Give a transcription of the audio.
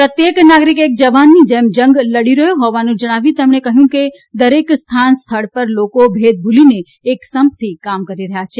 પ્રત્યેક નાગરિક એક જવાનની જેમ જંગ લડી રહ્યો હોવાનું જણાવી તેમણે કહ્યું કે દરેક સ્થાન સ્થળ પર લોકો ભેદ ભૂલીને એક સંપથી કામ કરી રહ્યા છે